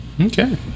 Okay